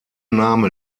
name